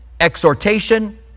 exhortation